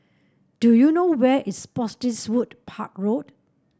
do you know where is Spottiswoode Park Road